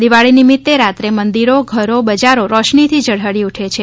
દિવાળી નિમિત્તે રાત્રે મંદિરો ઘરો બજારો રોશનીથી ઝળહળી ઉઠે છે